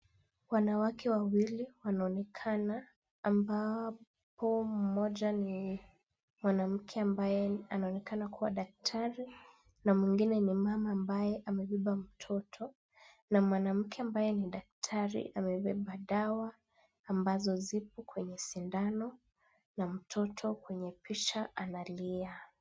Wanawake wawili wanaonekana, ambapo mmoja ni mwanamke ambaye anaonekana kuwa daktari na mwingine ni mama ambaye amebeba mtoto na mwanamke ambaye ni daktari amebeba dawa ambazo zipo kwenye sindano na mtoto kwenye picha analia.